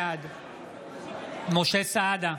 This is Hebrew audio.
בעד משה סעדה,